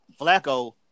Flacco